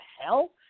hell